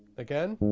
again.